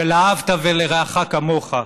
של אהבת לרעך כמוך,